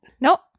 Nope